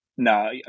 No